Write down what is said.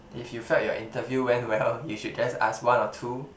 if you felt your interview went well you should just ask one or two